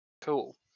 Cool